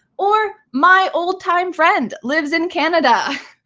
or my old-time friend lives in canada.